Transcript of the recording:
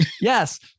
Yes